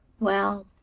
well,